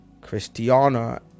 christiana